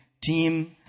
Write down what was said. team